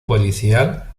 policial